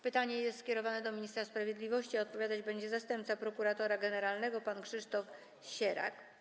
Pytanie jest skierowane do ministra sprawiedliwości, a odpowiadać będzie zastępca prokuratora generalnego pan Krzysztof Sierak.